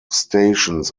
stations